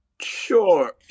Sure